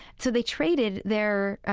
so they traded their,